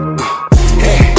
hey